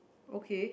okay